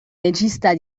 regista